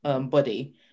body